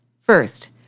First